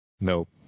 Nope